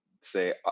say